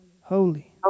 Holy